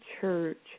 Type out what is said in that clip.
church